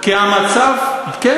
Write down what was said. כי המצב, מה?